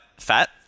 fat